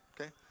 Okay